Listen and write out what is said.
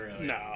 no